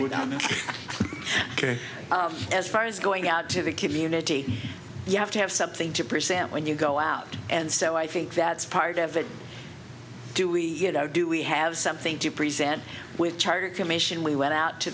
carry as far as going out to the community you have to have something to present when you go out and so i think that's part of it do we you know do we have something to present with charter commission we went out to